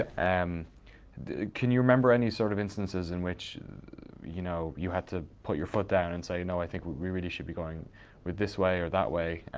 and um can you remember any sort of instances in which you know you had to put your foot down and say, no i think we really should be going this way or that way,